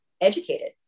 educated